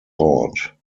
thought